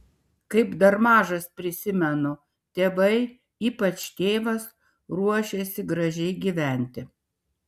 kaip dar mažas prisimenu tėvai ypač tėvas ruošėsi gražiai gyventi